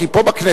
כי פה בכנסת,